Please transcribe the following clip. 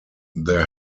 there